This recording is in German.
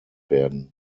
werden